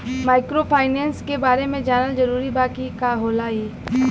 Microfinance के बारे में जानल जरूरी बा की का होला ई?